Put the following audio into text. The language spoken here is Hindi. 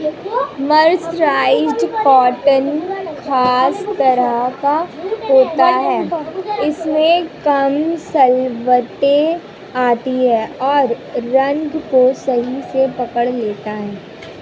मर्सराइज्ड कॉटन खास तरह का होता है इसमें कम सलवटें आती हैं और रंग को सही से पकड़ लेता है